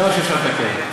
זה מה שאפשר לתקן,